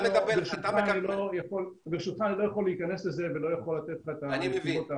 אני לא יכול להיכנס לזה ולא יכול לתת לך את התשובות.